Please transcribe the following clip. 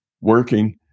working